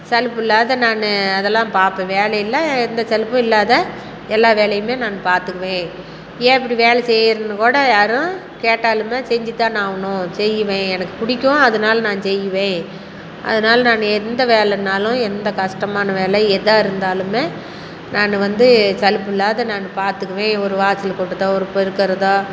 சலிப்பு இல்லாத நான் அதெல்லாம் பார்ப்பேன் வேலை எல்லாம் எந்த சலிப்பும் இல்லாத எல்லா வேலையுமே நான் பார்த்துக்குவேன் ஏன் இப்படி வேலை செய்யறேன்னு கூட யாரும் கேட்டாலுமே செஞ்சு தான் ஆகணும் செய்வேன் எனக்கு பிடிக்கும் அதனால நான் செய்வேன் அதனால நான் எந்த வேலைனாலும் எந்த கஷ்டமான வேலை எதாக இருந்தாலுமே நான் வந்து சலிப்பு இல்லாத நான் பார்த்துக்குவேன் ஒரு வாசல் கூட்டுகிறதோ ஒரு பெருக்குகிறதோ